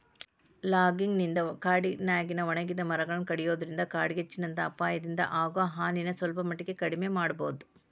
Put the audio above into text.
logging ನಿಂದ ಕಾಡಿನ್ಯಾಗಿನ ಒಣಗಿದ ಮರಗಳನ್ನ ಕಡಿಯೋದ್ರಿಂದ ಕಾಡ್ಗಿಚ್ಚಿನಂತ ಅಪಾಯದಿಂದ ಆಗೋ ಹಾನಿನ ಸಲ್ಪಮಟ್ಟಕ್ಕ ಕಡಿಮಿ ಮಾಡಬೋದು